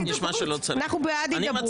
אנחנו בעד הידברות.